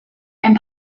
and